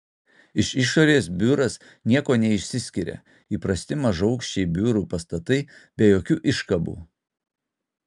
iš išorės biuras niekuo neišsiskiria įprasti mažaaukščiai biurų pastatai be jokių iškabų